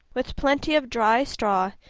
with plenty of dry straw,